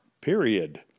Period